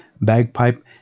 bagpipe